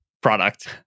product